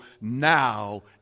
now